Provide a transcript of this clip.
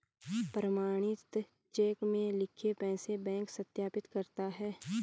प्रमाणित चेक में लिखे पैसे बैंक सत्यापित करता है